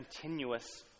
continuous